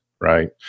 right